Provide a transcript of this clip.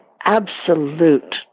absolute